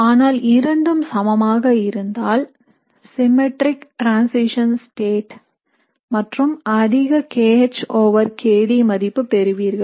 ஆனால் இரண்டும் சமமாக இருந்தால் சிம்மேற்றிக் டிரன்சிஷன் ஸ்டேட் மற்றும் அதிக kH over kD மதிப்பு பெறுவீர்கள்